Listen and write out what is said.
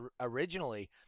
originally